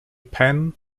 penn